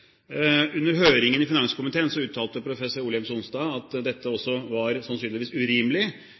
Under høringen i finanskomiteen uttalte professor Ole Gjems-Onstad at dette sannsynligvis også var urimelig.